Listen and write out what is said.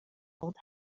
old